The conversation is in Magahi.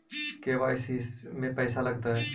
के.वाई.सी में पैसा लगतै?